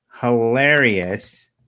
hilarious